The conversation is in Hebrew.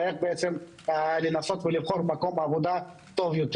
ואיך לנסות לבחור מקום עבודה טוב יותר.